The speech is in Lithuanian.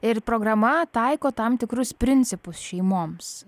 ir programa taiko tam tikrus principus šeimoms